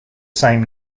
same